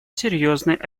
серьезной